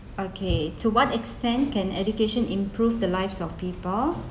okay to what extent can education improve the lives of people